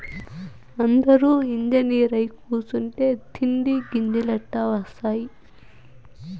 అందురూ ఇంజనీరై కూసుంటే తిండి గింజలెట్టా ఒస్తాయి